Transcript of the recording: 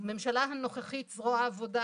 בממשלה הנוכחית זרוע העבודה,